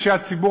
אישי הציבור,